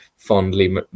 fondly